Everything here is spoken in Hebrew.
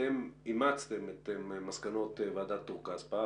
אתם אימצתם את מסקנות ועדת טור-כספא,